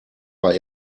war